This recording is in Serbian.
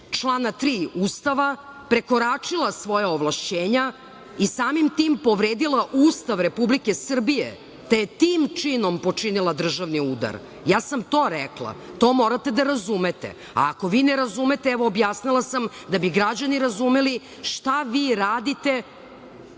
člana 3. Ustava, prekoračila svoja ovlašćenja i samim tim povredila Ustav Republike Srbije, te je tim činim počinila državni udar. To sam rekla, to morate da razumete. Ako vi ne razumete, evo objasnila sam da bi građani razumeli šta vi radite